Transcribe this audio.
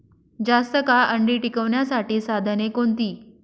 जास्त काळ अंडी टिकवण्यासाठी साधने कोणती?